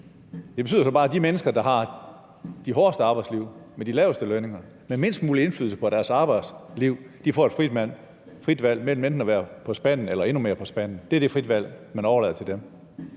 valg betyder så bare, at de mennesker, der har de hårdeste arbejdsliv med de laveste lønninger og med mindst mulig indflydelse på deres arbejdsliv, får et frit valg mellem enten at være på spanden eller at være endnu mere på spanden. Det er det frie valg, man overlader til dem.